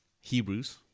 hebrews